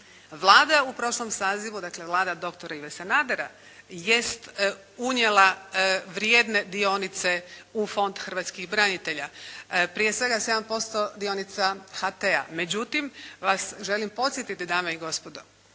Vlada je u prošlom sazivu, dakle Vlada doktora Ive Sanadera jest unijela vrijedne dionice u Fond hrvatskih branitelja. Prije svega 7% dionica HT-a. Međutim vas želim podsjetiti dame i gospodo